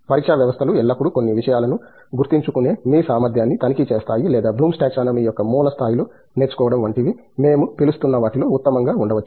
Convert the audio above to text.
పరీక్షా వ్యవస్థలు ఎల్లప్పుడూ కొన్ని విషయాలను గుర్తుంచుకునే మీ సామర్థ్యాన్ని తనిఖీ చేస్తాయి లేదా బ్లూమ్స్ టాక్సానమీ యొక్క మూల స్థాయిలో నేర్చుకోవడం వంటివి మేము పిలుస్తున్న వాటిలో ఉత్తమంగా ఉండవచ్చు